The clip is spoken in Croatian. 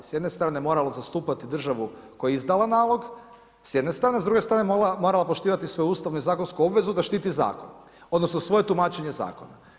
S jedne strane, moralo je zastupati državu koja je izdala nalog s jedne strane, s druge strane, morala je poštivati svoju ustavnu i zakonsku obvezu da štiti zakon, odnosno svoje tumačenje zakona.